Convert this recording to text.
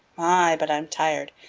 my, but i'm tired!